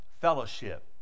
fellowship